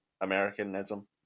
Americanism